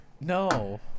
No